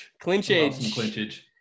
clinchage